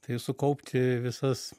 tai sukaupti visas